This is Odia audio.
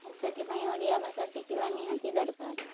ସେଥିପାଇଁ ଓଡ଼ିଆ ଭାଷା ଶିଖିବା ନିହାତି ଦରକାର